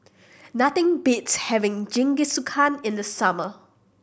nothing beats having Jingisukan in the summer